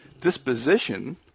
disposition